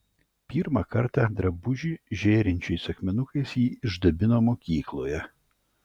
pirmą kartą drabužį žėrinčiais akmenukais ji išdabino mokykloje